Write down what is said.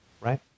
right